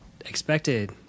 expected